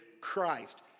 Christ